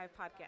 podcast